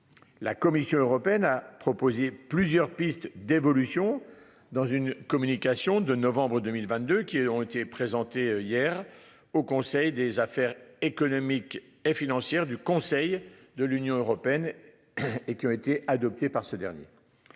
La Commission européenne a proposé plusieurs pistes d'évolution dans une communication de novembre 2022 qui ont été présentés hier au Conseil des affaires économiques et financières du Conseil de l'Union européenne. Et qui ont été adoptées par ce dernier.